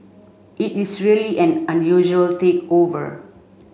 it is really an unusual takeover